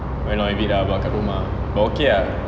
went on with it ah kat rumah but okay ah